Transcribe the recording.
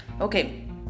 Okay